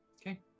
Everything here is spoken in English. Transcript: Okay